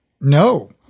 No